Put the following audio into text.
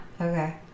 okay